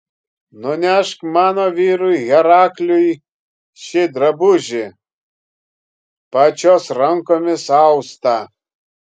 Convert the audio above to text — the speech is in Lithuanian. nunešk mano vyrui herakliui šį drabužį pačios rankomis austą